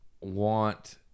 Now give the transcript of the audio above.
want